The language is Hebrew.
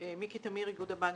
אני מאיגוד הבנקים.